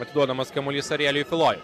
atiduodamas kamuolys arieliui tuloje